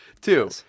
two